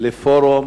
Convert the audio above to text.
לפורום